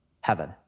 heaven